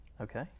okay